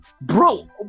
bro